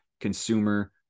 consumer